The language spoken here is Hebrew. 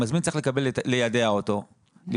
המזמין צריך ליידע אותו לפני.